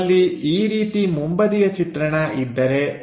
ನಮ್ಮಲ್ಲಿ ಈ ರೀತಿ ಮುಂಬದಿಯ ಚಿತ್ರಣ ಇದ್ದರೆ